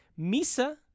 Misa